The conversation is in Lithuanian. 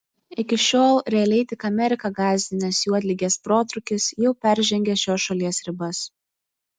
iki šiol realiai tik ameriką gąsdinęs juodligės protrūkis jau peržengė šios šalies ribas